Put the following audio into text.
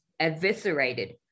eviscerated